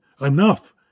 enough